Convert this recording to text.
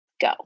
Go